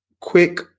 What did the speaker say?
quick